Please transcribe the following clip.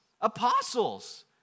apostles